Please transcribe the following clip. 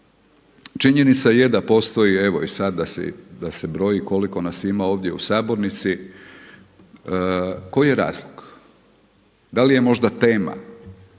Činjenica je da postoji, evo i sada da se broji koliko nas ima ovdje u sabornici, koji je razlog? Da li je možda tema